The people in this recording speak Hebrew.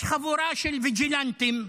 יש חבורה של ויג'ילנטים,